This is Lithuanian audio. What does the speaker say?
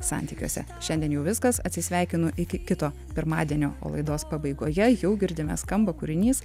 santykiuose šiandien jau viskas atsisveikinu iki kito pirmadienio o laidos pabaigoje jau girdime skamba kūrinys